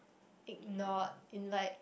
ignored in like